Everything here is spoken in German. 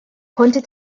konnte